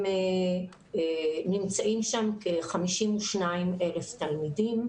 נמצאים שם כ-52,000 תלמידים.